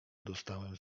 dostałem